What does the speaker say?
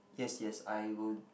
yes yes I will